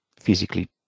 physically